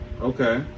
Okay